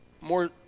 more